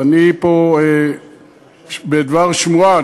אני פה בדבר שמועה,